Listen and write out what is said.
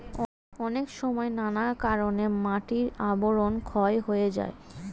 অনেক সময় নানা কারণে মাটির আবরণ ক্ষয় হয়ে যায়